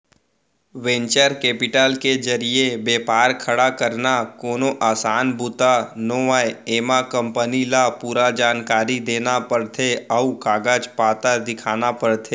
venture capital के जरिए बेपार खड़ा करना कोनो असान बूता नोहय एमा कंपनी ल पूरा जानकारी देना परथे अउ कागज पतर दिखाना परथे